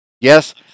Yes